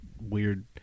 Weird